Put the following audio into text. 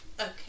Okay